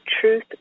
truth